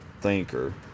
thinker